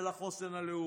ולחוסן הלאומי.